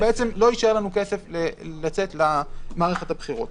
בעצם לא יישאר להן כסף לצאת למערכת הבחירות,